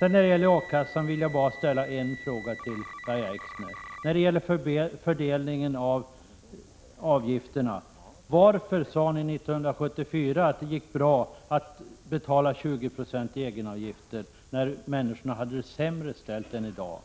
När det gäller A-kassor vill jag ställa en fråga till Lahja Exner, och den = Prot. 1986/87:94 gäller fördelningen av avgifterna. Varför sade ni 1974 att det gick bra att 25 mars 1987 betala 20 26 i egenavgifter, när människorna hade det sämre ställt än i dag?